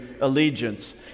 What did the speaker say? allegiance